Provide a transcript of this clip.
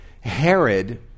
Herod